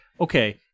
okay